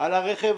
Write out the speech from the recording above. על הרכב